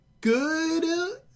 good